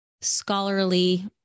scholarly